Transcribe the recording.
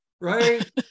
right